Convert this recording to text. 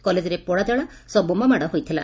କଲେଜରେ ପୋଡ଼ାଜଳା ସହ ବୋମାମାଡ଼ ହୋଇଥିଲା